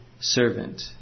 servant